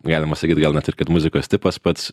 galima sakyt gal net ir kad muzikos tipas pats